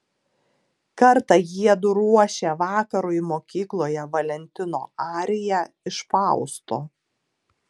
kartą jiedu ruošė vakarui mokykloje valentino ariją iš fausto